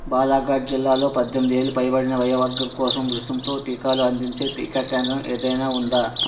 బాలాఘాట్ జిల్లాలో పద్దెనిమిది ఏళ్ళు పైనడిన వయోవర్గం కోసం రుసుముతో టీకాలు అందించే టీకా కేంద్రం ఏదైనా ఉందా